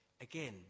again